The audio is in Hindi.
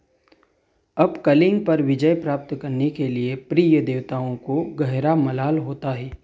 अब कलिंग पर विजय प्राप्त करने के लिए प्रिय देवताओं को गहरा मलाल होता है